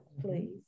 please